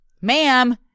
ma'am